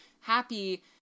happy